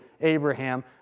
Abraham